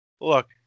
Look